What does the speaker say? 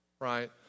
right